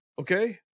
Okay